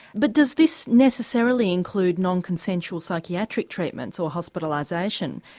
but does this necessarily include non consensual psychiatric treatment or hospitalisation,